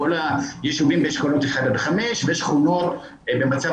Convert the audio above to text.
כל הישובים באשכולות 1-5 ושכונות במצב